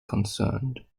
concerned